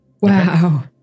Wow